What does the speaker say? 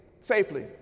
safely